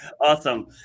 Awesome